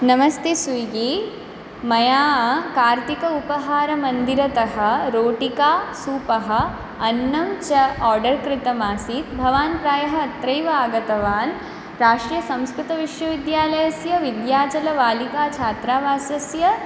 नमस्ते स्विग्गी मया कार्तिक उपहारमन्दिरतः रोटिका सूपः अन्नं च आर्डर् कृतमासीत् भवान् प्रायः अत्रैव आगतवान् राष्ट्रीयसंस्कृतविश्वविद्यालयस्य विद्याचलबालिकाछात्रावासस्य